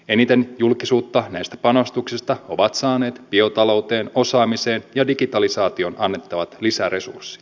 eniten julkisuutta näistä panostuksista ovat saaneet biotalouteen osaamiseen ja digitalisaatioon annettavat lisäresurssit